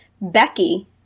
Becky